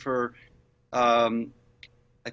for i